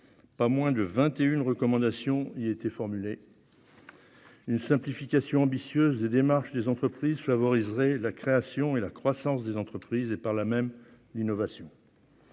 et une recommandations. Une simplification ambitieuse des démarches des entreprises favoriserait la création et la croissance des entreprises, et par là même l'innovation